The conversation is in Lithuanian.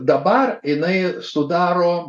dabar jinai sudaro